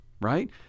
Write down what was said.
Right